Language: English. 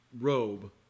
robe